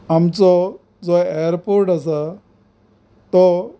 आमचो जो एयरपोर्ट आसा तो